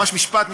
ממש משפט.